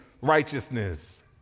righteousness